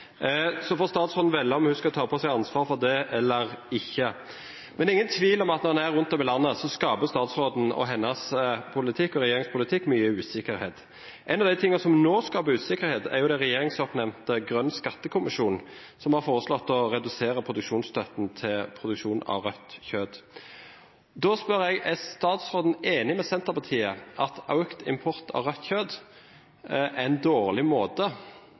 Så får statsråden velge om hun skal ta på seg ansvaret for det eller ikke. Det er ingen tvil om at statsråden og hennes og regjeringens politikk rundt om i landet skaper mye usikkerhet. En av tingene som nå skaper usikkerhet, er den regjeringsoppnevnte grønne skattekommisjonen, som har foreslått å redusere produksjonsstøtten for rødt kjøtt. Da spør jeg: Er statsråden enig med Senterpartiet i at økt import av rødt kjøtt er en dårlig måte